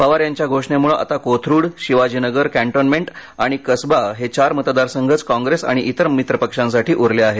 पवार यांच्या घोषणेमुळे आता कोथरूड शिवाजीनगर कँटॉनमेंट आणि कसबा हे चार मतदारसंघच कॉंग्रेस आणि इतर मित्रपक्षांसाठी उरले आहेत